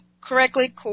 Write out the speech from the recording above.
correctly